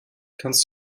kannst